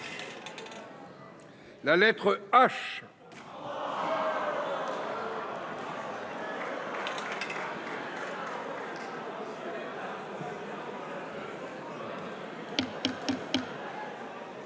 La lettre H.